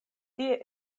tie